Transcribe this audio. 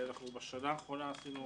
בשנה האחרונה עשינו